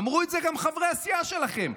אמרו את זה גם חברי הסיעה שלכם.